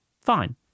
fine